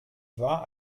war